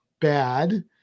bad